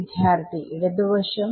വിദ്യാർത്ഥി ഇടത് വശം